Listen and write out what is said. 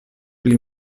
pli